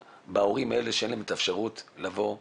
בהורים האלה שאין להם את האפשרות לבוא ולשלם.